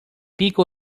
pico